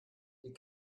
die